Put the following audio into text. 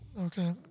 okay